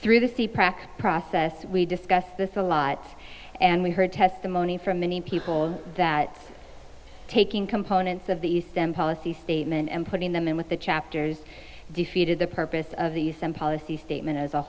prac process we discussed this a lot and we heard testimony from many people that taking components of these stem policy statement and putting them in with the chapters defeated the purpose of the stem policy statement as a